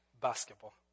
basketball